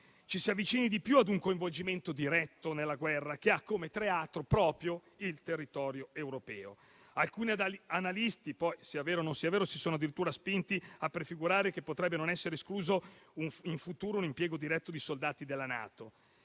ci si avvicini di più a un coinvolgimento diretto nella guerra, che ha come teatro proprio il territorio europeo. Alcuni analisti poi - che sia vero o meno - si sono addirittura spinti a prefigurare che potrebbe non essere escluso un futuro impiego diretto di soldati della NATO.